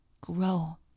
grow